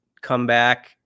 comeback